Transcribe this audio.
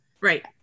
right